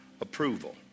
approval